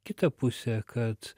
kitą pusę kad